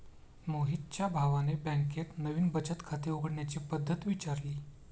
मोहितच्या भावाने बँकेत नवीन बचत खाते उघडण्याची पद्धत विचारली